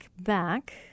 back